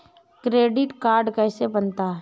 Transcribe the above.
Credit card कैसे बनता है?